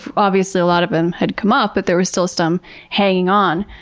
obviously a lot of them had come off, but there was still some hanging on.